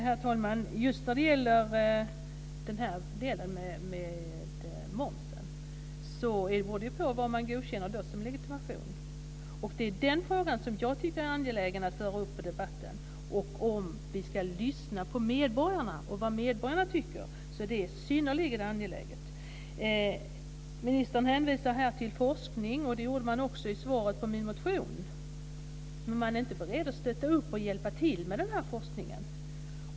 Herr talman! När det gäller momsbefrielse beror det på vad som godkänns som legitimation. Den frågan är angelägen att föra fram i debatten. Om vi ska lyssna på medborgarna är den synnerligen angelägen. Ministern hänvisar till forskning. Det gjorde man också i svaret på min motion. Men man är inte beredd att stötta forskningen.